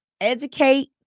educate